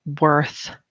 worth